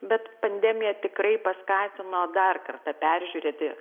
bet pandemija tikrai paskatino dar kartą peržiūrėti